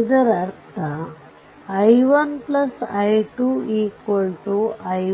ಇದರರ್ಥ i1 i2 i